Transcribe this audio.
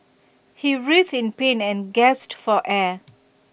he writhed in pain and gasped for air